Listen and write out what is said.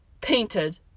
painted